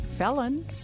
felon